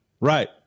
Right